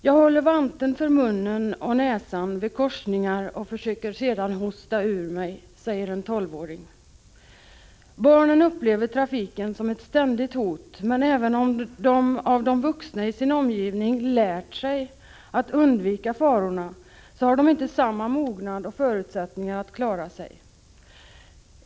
”Jag håller vanten för munnen och näsan vid korsningar och försöker sedan hosta ur mig”, säger en tolvåring. Barnen upplever trafiken som ett ständigt hot, men även om de av de vuxna i sin omgivning ”lärt sig” att undvika farorna har de inte samma mognad och förutsättningar att klara sig.